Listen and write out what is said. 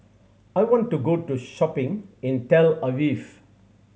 I want to go to shopping in Tel Aviv